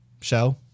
show